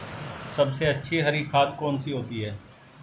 सबसे अच्छी हरी खाद कौन सी होती है?